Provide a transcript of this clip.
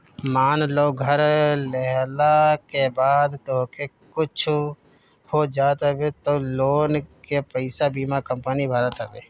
मान लअ घर लेहला के बाद तोहके कुछु हो जात हवे तअ लोन के पईसा बीमा कंपनी भरत हवे